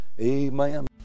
Amen